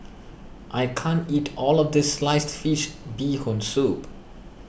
I can't eat all of this Sliced Fish Bee Hoon Soup